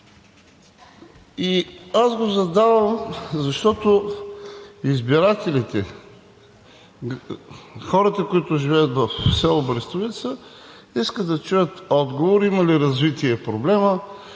Аз го задавам, защото избирателите – хората, които живеят в село Брестовица, искат да чуят отговор: има ли развитие проблемът,